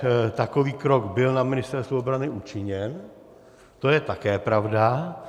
Že takový krok byl na Ministerstvu obrany učiněn, to je také pravda.